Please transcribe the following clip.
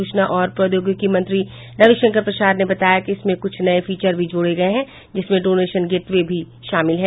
सूचना और प्रौद्योगिकी मंत्री रविशंकर प्रसाद ने बताया कि इसमें कुछ नये फीचर भी जोड़े गये है जिनमें डोनेशन गेट वे भी शामिल है